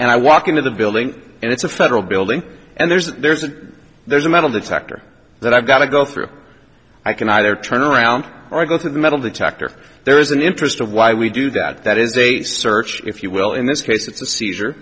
and i walk into the building and it's a federal building and there's a there's a metal detector that i've got to go through i can either turn around or go through the metal detector there is an interest of why we do that that is a search if you will in this case it's a seizure